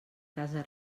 casa